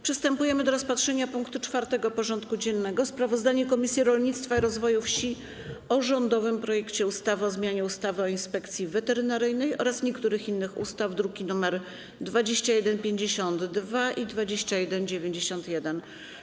Przystępujemy do rozpatrzenia punktu 4. porządku dziennego: Sprawozdanie Komisji Rolnictwa i Rozwoju Wsi o rządowym projekcie ustawy o zmianie ustawy o Inspekcji Weterynaryjnej oraz niektórych innych ustaw (druki nr 2152 i 2191)